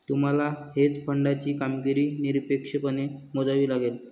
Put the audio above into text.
तुम्हाला हेज फंडाची कामगिरी निरपेक्षपणे मोजावी लागेल